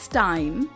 time